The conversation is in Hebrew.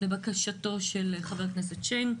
לבקשתו של חבר כנסת שיין,